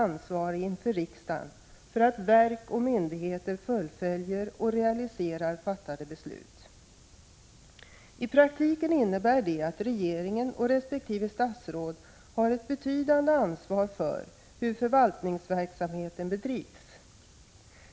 1985/86:146 ansvarig inför riksdagen för att verk och myndigheter fullföljer och realiserar 21 maj 1986 fattade beslut. I praktiken innebär det att regeringen och resp. statsråd har ä ä Gransknii kk ett betydande ansvar för hur förvaltningsverksamheten bedrivs.